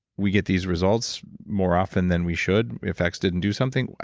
we get these results more often than we should, if x didn't do something?